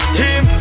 team